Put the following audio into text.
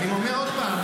אני אומר עוד פעם,